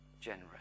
generous